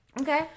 Okay